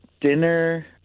dinner